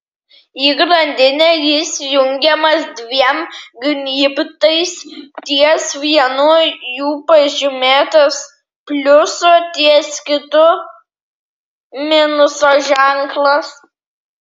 į grandinę jis jungiamas dviem gnybtais ties vienu jų pažymėtas pliuso ties kitu minuso ženklas